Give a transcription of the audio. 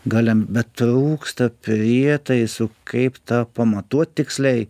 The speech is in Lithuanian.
galim bet trūksta prietaisų kaip tą pamatuot tiksliai